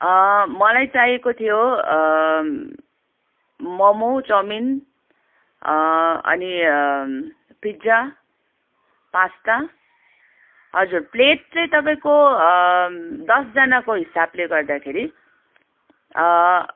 मलाई चाहिएको थियो मोमो चाउमिन अनि पिज्जा पास्ता हजुर प्लेट चाहिँ तपाईँको दसजनाको हिसाबले गर्दाखेरि